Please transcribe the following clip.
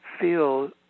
feel